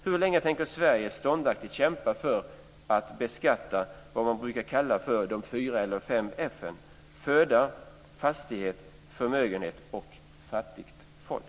Hur länge tänker Sverige ståndaktigt kämpa för att beskatta vad man brukar kalla för de fyra eller fem f-en: föda, fastighet, förmögenhet och fattigt folk?